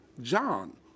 John